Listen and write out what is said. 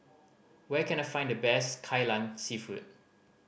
where can I find the best Kai Lan Seafood